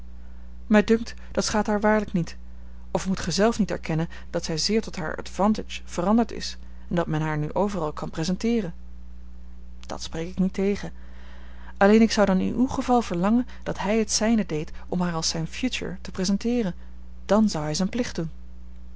mij dunkt dat schaadt haar waarlijk niet of moet gij zelf niet erkennen dat zij zeer tot haar avantage veranderd is en dat men haar nu overal kan presenteeren dat spreek ik niet tegen alleen ik zou dan in uw geval verlangen dat hij het zijne deed om haar als zijne future te presenteeren dàn zou hij zijn plicht doen